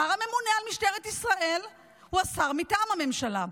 השר ממונה על משטרת ישראל מטעם הממשלה.